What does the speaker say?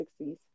1960s